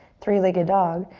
three-legged dog.